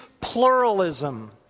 pluralism